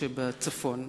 שבצפון.